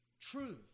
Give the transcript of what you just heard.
truth